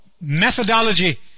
methodology